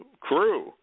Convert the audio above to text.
crew